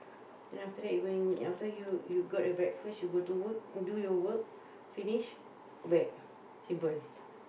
and then after that you going after that you you got your breakfast you go to work do your work finish go back simple